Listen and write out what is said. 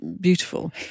beautiful